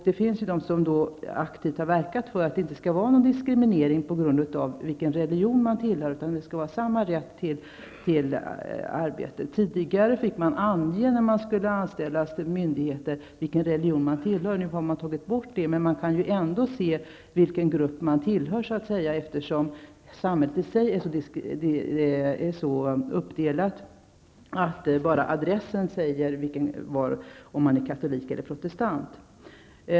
Det finns de som aktivt har verkat för att man inte skall diskrimineras på grund av sin religion, utan att alla skall ha samma rätt till arbete. Tidigare fick man till myndighet ange vilken religion man har när man skulle anställas. Denna bestämmelse har nu tagits bort. Man kan ändock se vilken grupp en person tillhör, eftersom samhället i sig är så uppdelat att bara adressen talar om huruvida man är katolik eller protestant.